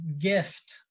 gift